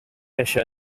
fisher